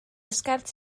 sgert